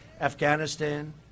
Afghanistan